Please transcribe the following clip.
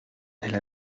elle